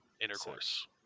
intercourse